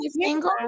single